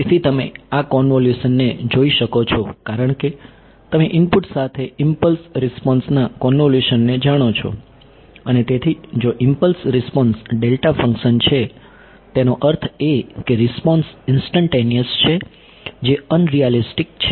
તેથી તમે આ કોન્વોલ્યુશનને જોઈ શકો છો કારણ કે તમે ઇનપુટ સાથે ઈમ્પલ્સ રિસ્પોન્સના કોન્વોલ્યુશનને જાણો છો અને તેથી જો ઇમ્પલ્સ રિસ્પોન્સ ડેલ્ટા ફંક્શન છે તેનો અર્થ એ કે રિસ્પોન્સ ઈન્સ્ટનટેનીયસ છે જે અનરીયાલીસ્ટીક છે